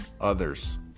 others